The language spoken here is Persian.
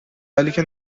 بلکه